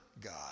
God